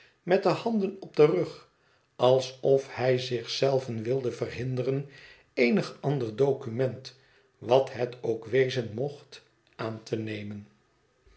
met de handen op den rug alsof hij zich zelven wilde verhinderen eenig ander document wat het ook wezen mocht aan te nemen